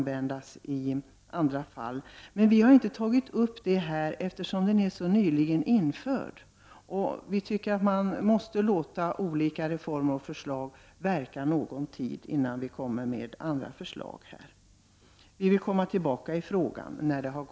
Vi vill inte ta upp det nu, eftersom reformen är så nyligen införd. Man måste låta olika reformer och förslag verka någon tid innan man kommer med andra förslag. Vi återkommer till denna fråga senare.